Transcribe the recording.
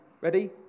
Ready